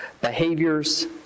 behaviors